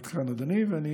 עד כאן, אדוני, ואני